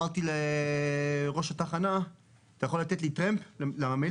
שאלתי את ראש התחנה "אתה יכול לתת לי טרמפ לממילא